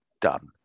done